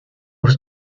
was